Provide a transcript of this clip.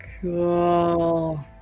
Cool